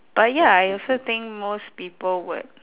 but ya I also think most people would